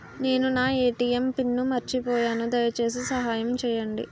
నేను నా ATM pin మర్చిపోయాను, దయచేసి సహాయం చేయండి